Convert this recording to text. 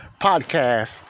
podcast